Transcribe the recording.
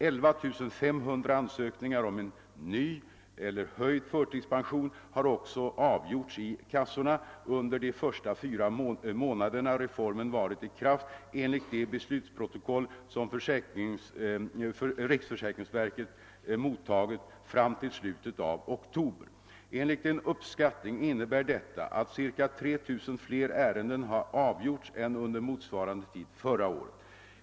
11500 ansökningar om ny eller höjd förtidspension har också avgjorts i kassorna under de första fyra månaderna reformen var i kraft enligt de beslutsprotokoll som riksförsäkringsverket mottagit fram till slutet av oktober. Enligt en uppskattning innebär detta att ca 3 000 fler ärenden har avgjorts än under motsvarande tid förra året.